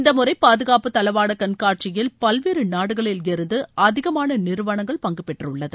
இந்த முறை பாதுகாப்பு தளவாட கண்காட்சியில் பல்வேறு நாடுகளில் இருந்து அதிகமான நிறுவனங்கள் பங்கு பெற்றுள்ளது